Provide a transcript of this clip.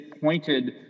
pointed